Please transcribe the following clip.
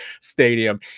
stadium